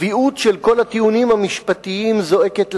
הצביעות של כל הטיעונים המשפטיים זועקת לשמים.